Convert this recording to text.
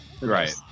Right